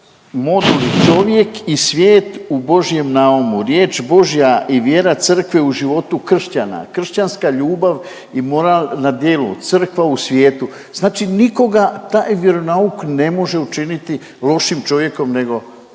modul i čovjek i svijet u božjem naumu. Riječ božja i vjera crkve u životu kršćana, kršćanska ljubav i moral na djelu, crkva u svijetu. Znači nikoga taj vjeronauk ne može učiniti lošim čovjekom nego